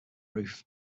roof